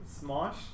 Smosh